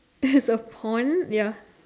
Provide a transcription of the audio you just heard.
is a pond ya